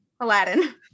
Aladdin